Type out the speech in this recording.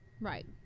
Right